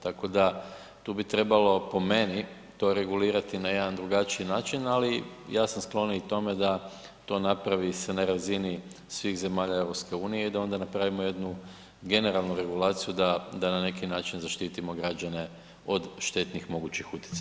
Tako da tu bi trebalo po meni to regulirati na jedan drugačiji način, ali ja sam skloniji tome da to napravi se na razini svih zemalja EU i da onda napravimo jednu generalnu regulaciju, da na neki način zaštitimo građane od štetnih mogućih utjecaja.